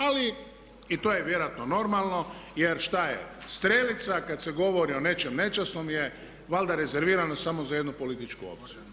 Ali i to je vjerojatno normalno, jer šta je, strelica kad se govori o nečem nečasnom je valjda rezervirana samo za jednu političku opciju.